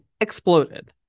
exploded